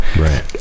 Right